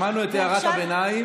שמענו את הערת הביניים,